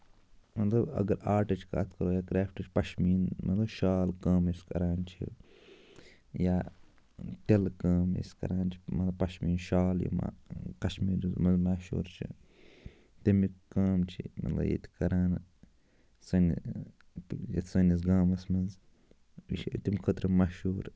مطلب اَگر آرٹٕچ کَتھ کرو یا کرٛیفٹٕچ پَشمیٖن مطلب شال کٲم یُس کران چھِ یا تِلہٕ کٲم أسۍ کران چھِ مطلب پَشمیٖن شال یِما کَشمیٖرَس منٛز مَشہوٗر چھِ تَمِکۍ کٲم چھِ مطلب ییٚتہِ کران سٲنِس یتھ سٲنِس گامَس منٛز أسۍ چھِ تَمہِ خٲطرٕ مَشہوٗر